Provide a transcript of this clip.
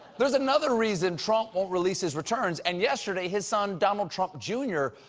there's another reason trump won't release his returns. and yesterday, his son donald trump jr.